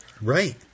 Right